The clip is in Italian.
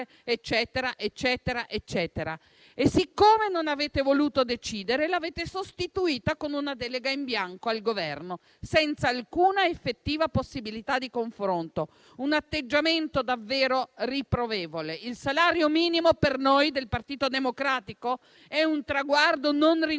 poter studiare e così via. Siccome non avete voluto decidere, l'avete sostituita con una delega in bianco al Governo, senza alcuna effettiva possibilità di confronto. Un atteggiamento davvero riprovevole. Il salario minimo per noi del Partito Democratico è un traguardo non rinunciabile